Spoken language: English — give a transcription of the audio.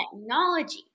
technology